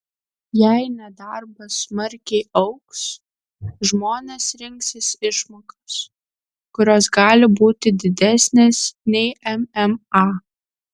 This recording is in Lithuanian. jei nedarbas smarkiai augs žmonės rinksis išmokas kurios gali būti didesnės nei mma